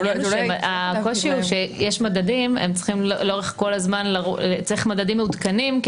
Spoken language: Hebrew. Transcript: הקושי הוא שהם צריכים לאורך כל הזמן מדדים מעודכנים,